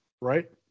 right